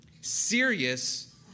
Serious